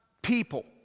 people